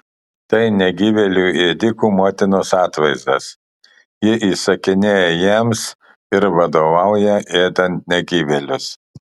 tai negyvėlių ėdikų motinos atvaizdas ji įsakinėja jiems ir vadovauja ėdant negyvėlius